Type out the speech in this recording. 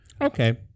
Okay